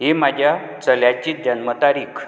ही म्हाज्या चल्याची जन्म तारीख